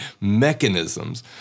mechanisms